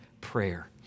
prayer